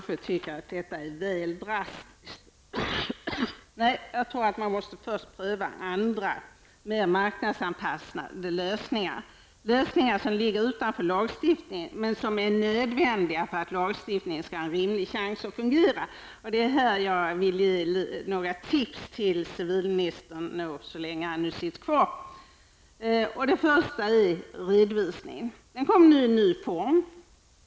Det tycker jag kanske är väl drastiskt. Jag tror att man först måste pröva andra, mer marknadsanpassade lösningar, lösningar som ligger utanför lagstiftningen men som är nödvändiga för att lagstiftningen skall ha en rimlig chans att fungera. Här vill jag ge några tips till civilministern av vilka det första gäller redovisningen. Den kommer nu i ny form.